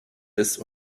des